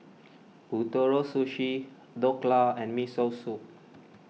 Ootoro Sushi Dhokla and Miso Soup